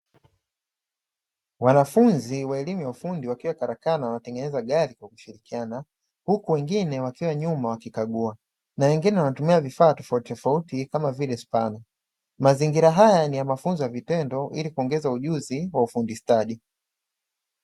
Wanafunzi wa elimu ya ufundi wakiwa karakana wanatengeneza gari kwa kushirikiana huku wengine wakiwa nyuma wakikagua, na wengine wanatumia vifaa tofautitofauti kama vile spana, mazingira haya ni ya mafunzo ya vitendo ili kuongeza ujuzi wa ufundi stadi.